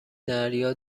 دریا